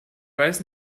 weiß